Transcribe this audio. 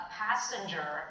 passenger